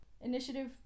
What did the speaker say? Initiative